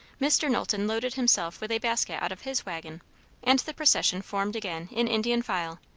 mr. knowlton loaded himself with a basket out of his waggon and the procession formed again in indian file,